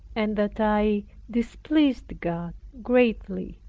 and that i displeased god greatly.